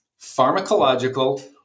pharmacological